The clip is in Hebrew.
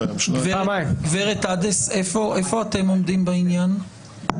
גברת עדס, איפה אתם עומדים בעניין?